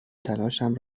تلاشم